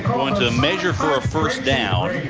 going to measure for a first down.